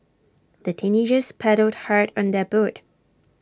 the teenagers paddled hard on their boat